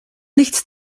nichts